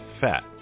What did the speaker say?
fat